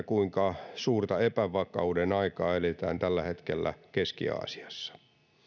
kuinka suurta epävakauden aikaa eletään tällä hetkellä keski aasiassa